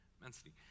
Immensity